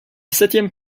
septième